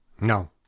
No